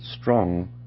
Strong